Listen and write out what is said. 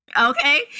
Okay